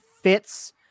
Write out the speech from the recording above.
fits